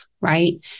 right